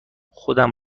خودم